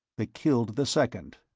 they killed the second.